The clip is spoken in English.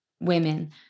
women